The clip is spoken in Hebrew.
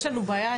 יש לנו בעיה,